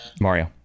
mario